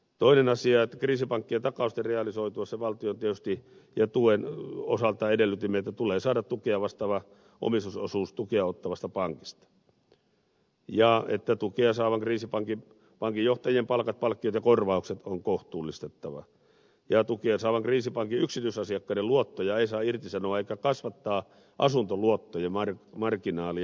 toinen asia on että kriisipankkien takausten realisoituessa valtion tuen osalta edellytimme että tulee saada tukea vastaava omistusosuus tukea ottavasta pankista tukea saavan kriisipankin pankinjohtajien palkat palkkiot ja korvaukset on kohtuullistettava ja tukea saavan kriisipankin yksityisasiakkaiden luottoja ei saa irtisanoa eikä kasvattaa asuntoluottojen marginaalia